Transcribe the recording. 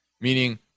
meaning